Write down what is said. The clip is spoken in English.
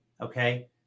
Okay